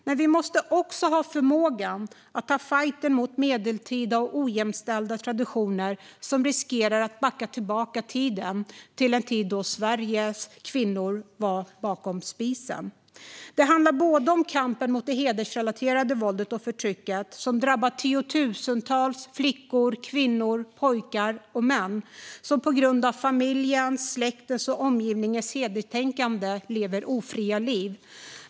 Men vi måste också ha förmågan att ta fajten mot medeltida och ojämställda traditioner som riskerar att backa bandet till en tid då platsen för Sveriges kvinnor var vid spisen. Det handlar om kampen mot det hedersrelaterade våldet och förtrycket. Det drabbar tiotusentals flickor, kvinnor, pojkar och män som på grund av familjens, släktens och omgivningens hederstänkande lever ofria liv.